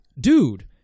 dude